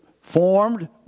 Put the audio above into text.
formed